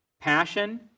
passion